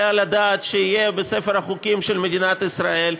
על הדעת שיהיה בספר החוקים של מדינת ישראל,